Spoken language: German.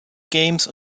games